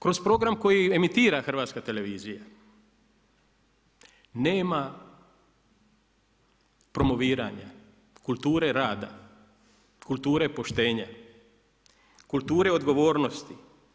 Kroz program koji emitira Hrvatska televizija nema promoviranja, kulture rada, kulture poštenja, kulture odgovornosti.